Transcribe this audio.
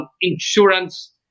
Insurance